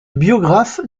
biographes